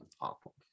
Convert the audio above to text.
awful